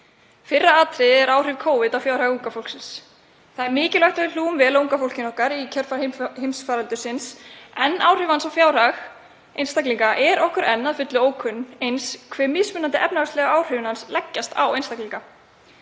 Fyrra atriðið er áhrif Covid á fjárhag unga fólksins. Það er mikilvægt að við hlúum vel að unga fólkinu okkar í kjölfar heimsfaraldursins en áhrif hans á fjárhag einstaklinga eru okkur enn að fullu ókunn, eins hve mismunandi efnahagslegu áhrifin leggjast á einstaklinga.